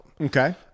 Okay